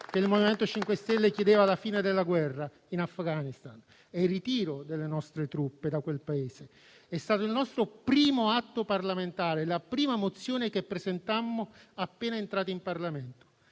il MoVimento 5 Stelle chiedeva la fine della guerra in Afghanistan e il ritiro delle nostre truppe da quel Paese. È stato il nostro primo atto parlamentare, la prima mozione che presentammo appena entrati in Parlamento.